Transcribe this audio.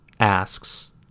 asks